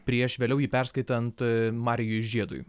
prieš vėliau jį perskaitant marijui žiedui